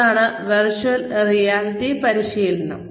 അതാണ് virtual reality പരിശീലനം